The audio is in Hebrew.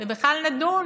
ונדון